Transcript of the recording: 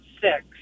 six